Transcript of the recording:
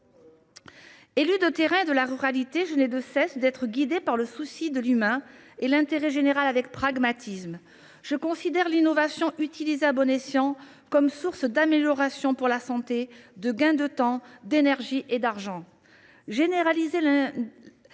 Élue de terrain et de la ruralité, je n’ai de cesse d’être guidée par le souci de l’humain et par l’intérêt général, avec pragmatisme. Je considère l’innovation utilisée à bon escient comme une source d’amélioration de la santé et de gain de temps, d’énergie et d’argent. Généraliser l’intelligence